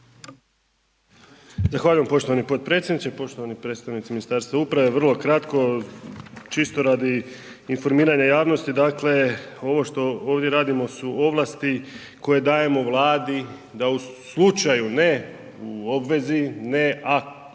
Zahvaljujem poštovani potpredsjedniče. Poštovani predstavnici Ministarstva uprave. Vrlo kratko, čisto radi informiranja javnosti. Dakle ovo što ovdje radimo su ovlasti koje dajemo Vladi da u slučaju, ne u obvezi, ne